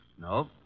No